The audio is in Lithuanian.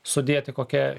sudėti kokią